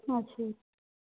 ਅੱਛਾ ਜੀ